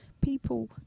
People